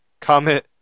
comment